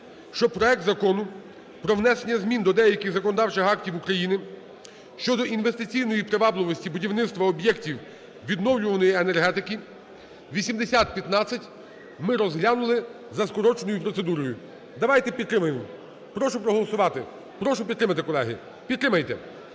щоб проект Закону про внесення змін до деяких законодавчих актів України (щодо інвестиційної привабливості будівництва об'єктів відновлювальної енергетики) (8015) ми розглянули за скороченою процедурою. Давайте підтримаємо. Прошу проголосувати. Прошу підтримати, колеги. Підтримайте!